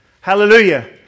Hallelujah